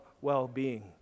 well-being